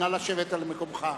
נא לשבת במקומך,